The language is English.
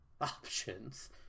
options